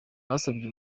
basabye